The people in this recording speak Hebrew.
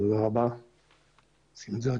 אני רוצה לומר לכם תודה רבה על כל